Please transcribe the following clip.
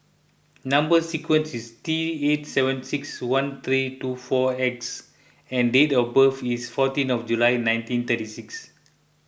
Number Sequence is T eight seven six one three two four X and date of birth is fourteen of July nineteen thirty six